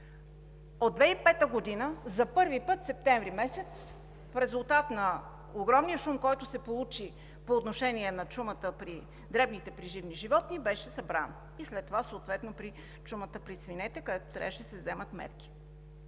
От 2005 г. за първи път през месец септември в резултат на огромния шум, който се получи по отношение на чумата при дребните преживни животни, беше събран. И след това съответно при чумата при свинете, където трябваше да се вземат мерки.